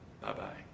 Bye-bye